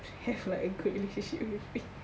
I have like a good relationship with you